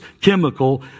chemical